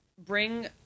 bring